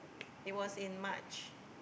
it was in March